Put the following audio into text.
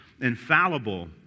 infallible